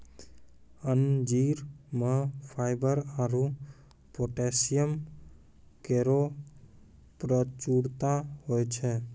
अंजीर म फाइबर आरु पोटैशियम केरो प्रचुरता होय छै